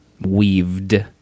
weaved